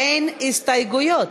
אין דבר כזה,